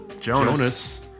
Jonas